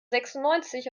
sechsundneunzig